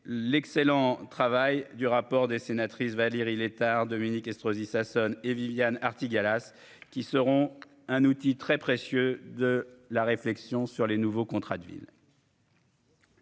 l'excellent travail du rapport des sénatrice Valérie Létard Dominique Estrosi Sassone et Viviane Artigalas, qui seront un outil très précieux de la réflexion sur les nouveaux contrats de villes.